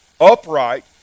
upright